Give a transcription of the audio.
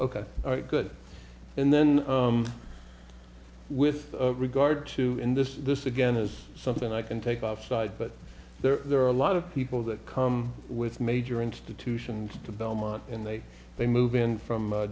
ok all right good and then with regard to in this this again is something i can take off side but there are a lot of people that come with major institutions to belmont in they they move in from